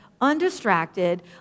undistracted